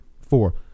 four